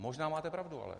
Možná máte pravdu ale.